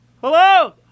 Hello